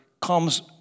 comes